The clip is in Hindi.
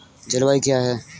जलवायु क्या है?